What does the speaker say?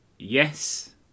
Yes